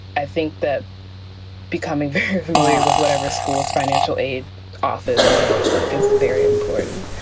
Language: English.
i think that becoming very familiar with whatever school's financial aid office looks like is very important.